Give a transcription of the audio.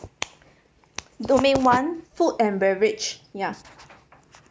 domain one food and beverage ya